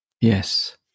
Yes